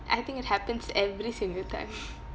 I think it happens every single time